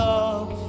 love